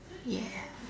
ya